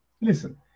listen